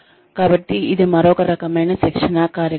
కాబట్టి ఇది మరొక రకమైన శిక్షణా కార్యక్రమం